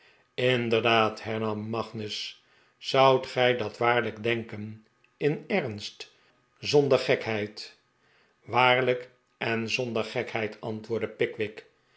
inderdaad hernam magnus zoudt gij dat waarlijk denken in ernst zonder gekheid waarlijk en zonder gekheid antwoordde pickwick